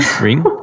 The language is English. ring